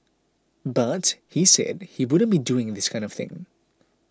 but he said he wouldn't be doing this kind of thing